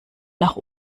nach